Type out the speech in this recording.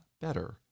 better